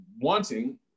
wanting